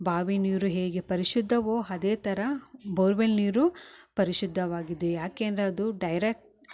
ಬಾವಿ ನೀರು ಹೇಗೆ ಪರಿಶುದ್ಧವೋ ಅದೇ ಥರ ಬೋರ್ವೆಲ್ ನೀರು ಪರಿಶುದ್ಧವಾಗಿದೆ ಯಾಕಂದರೆ ಅದು ಡೈರೆಕ್ಟ್